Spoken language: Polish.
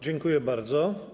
Dziękuję bardzo.